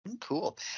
Cool